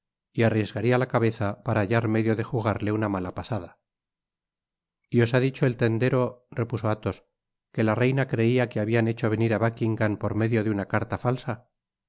y arriesgaria la cabeza para hallar medio de jugarle una mala pasada y os ha dicho el tendero repuso athos que la reina creia que habian hecho venir á buckingam por medio de una carta falsa